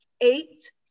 eight